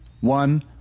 one